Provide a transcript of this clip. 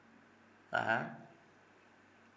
(uh huh)